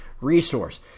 resource